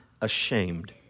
ashamed